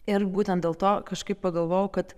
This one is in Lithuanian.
ir būtent dėl to kažkaip pagalvojau kad